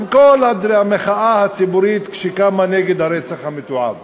עם כל המחאה הציבורית שקמה נגד הרצח המתועב